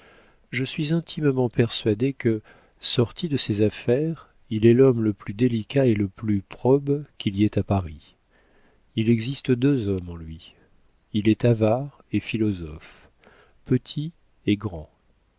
je suis intimement persuadé que sorti de ses affaires il est l'homme le plus délicat et le plus probe qu'il y ait à paris il existe deux hommes en lui il est avare et philosophe petit et grand